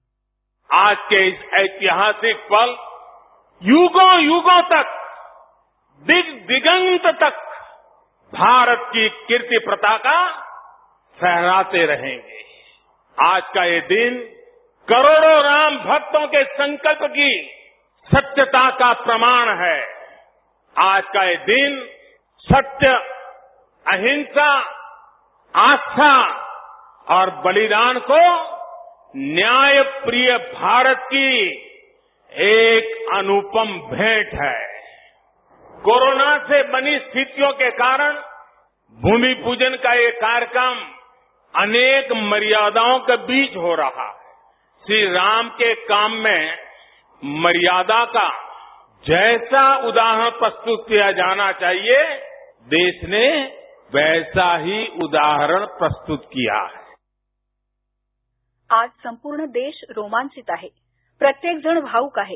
ध्वनी आज का यह ऐतिहासिक पल युगोयुगो तक दिगदिगंत तक भारत की कीर्ती पताका लहराते रहेंगे करोडो रामभक्तो के संकल्प की सत्यता का प्रमाण है आज का यह दिन सत्य अहिंसा आस्था और बलिदान को न्यायप्रिय भारत की एक अनुपम भेट है कोरोना से बनी स्थितियो के कारण भूमिपूजन का यह कार्यक्रम अनेक मर्यादाओके बीच हो रहा है श्री राम के काम में मर्यादा का जैसा उदाहरण प्रस्तुत किया जाना चाहिये देश ने वैसा हि उदाहरण प्रस्तुत किया है आज संपूर्ण देश रोमांचित आहे प्रत्येकजण भावूक आहे